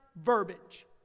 verbiage